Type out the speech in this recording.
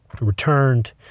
returned